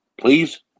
Please